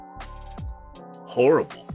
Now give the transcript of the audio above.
horrible